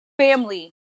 family